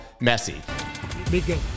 Messi